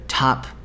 top